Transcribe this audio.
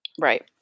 Right